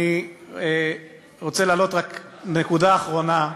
אני רוצה להעלות רק נקודה אחרונה,